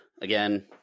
Again